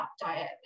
diet